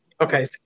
Okay